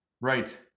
Right